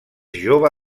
jove